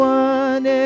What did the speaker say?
one